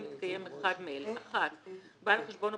אם התקיים אחד מאלה: בעל החשבון או